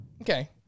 Okay